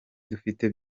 dufite